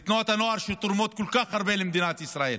לתנועות הנוער, שתורמות כל כך הרבה למדינת ישראל.